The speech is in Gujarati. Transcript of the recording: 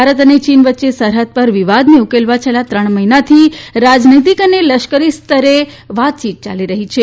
ભારત અને ચીન વચ્ચે સરહદ પર વિવાદને ઉકેલવા છેલ્લા ત્રણ મહિનાથી રાજનૈતિક અને લશ્કરી સ્તરે વાતચીત યાલી રહી છે